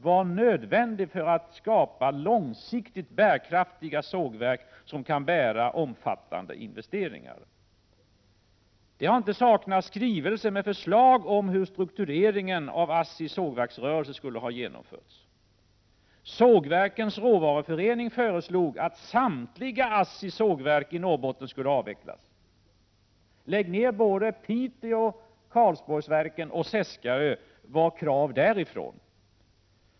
var nödvändig för att man skulle kunna skapa långsiktigt bärkraftiga sågverk som kan bära omfattande investeringar. Det har inte saknats skrivelser med förslag om hur struktureringen av ASSI:s sågverksrörelse skulle ha genomförts. Sågverkens råvaruförening föreslog att ASSI:s samtliga sågverk i Norrbotten skulle avvecklas. Lägg ner såväl Piteå och Karlsborgsverken som Seskarö, var krav därifrån.